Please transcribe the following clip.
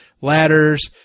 Ladders